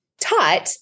taught